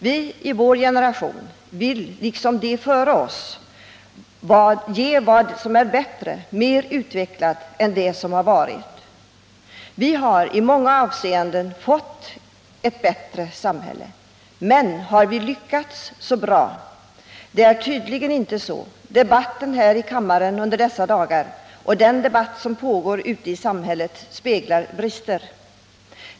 Vi i vår generation vill liksom de före oss ge vad som är bättre, mer utvecklat än det som har Vi har i många avseenden fått ett bättre samhälle, men har vi lyckats så bra? Det är tydligen inte så. Debatten här i kammaren under dessa dagar och den debatt som pågår ute i samhället speglar brister.